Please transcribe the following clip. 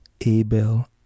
Abel